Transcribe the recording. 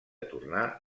tornar